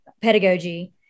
pedagogy